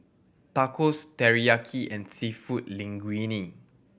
Tacos Teriyaki and Seafood Linguine